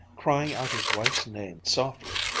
crying out his wife's name softly,